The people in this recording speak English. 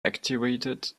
activated